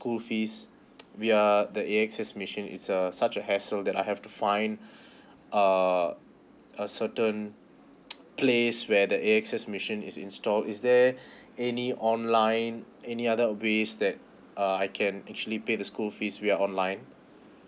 school fees via the A_X_S machine is uh such a hassle that I have to find uh a certain place where the A_X_S machine is install is there any online any other ways that uh I can actually pay the school fees without online